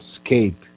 escape